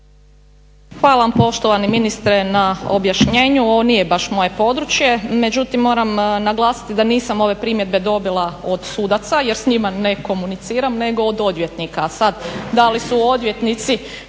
Hvala vam poštovani ministre na objašnjenu, ovo nije baš moje područje, međutim moram naglasiti da nisam ove primjedbe dobila od sudaca jer s njima ne komuniciram, nego od odvjetnika,